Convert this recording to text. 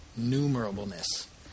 numerableness